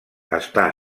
està